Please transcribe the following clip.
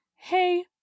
Hey